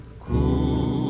cool